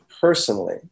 personally